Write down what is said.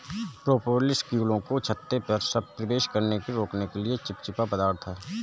propolis कीड़ों को छत्ते में प्रवेश करने से रोकने के लिए चिपचिपा पदार्थ है